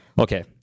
Okay